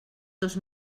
dos